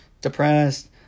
depressed